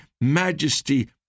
majesty